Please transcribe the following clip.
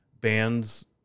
Bands